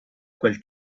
quel